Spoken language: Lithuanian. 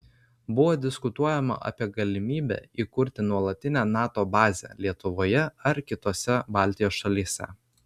buvo diskutuojama apie galimybę įkurti nuolatinę nato bazę lietuvoje ar kitose baltijos šalyse